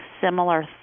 similar